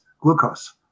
glucose